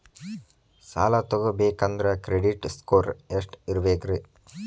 ಸಾಲ ತಗೋಬೇಕಂದ್ರ credit score ಎಷ್ಟ ಇರಬೇಕ್ರಿ?